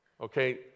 Okay